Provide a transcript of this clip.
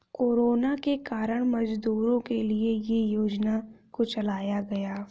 corona के कारण मजदूरों के लिए ये योजना को चलाया गया